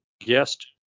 guest